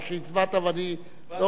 או שהצבעת ואני לא,